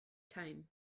time